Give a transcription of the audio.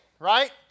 right